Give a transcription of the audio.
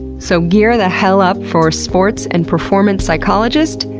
so gear the hell up for sports and performance psychologist,